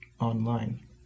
online